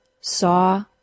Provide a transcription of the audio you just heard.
saw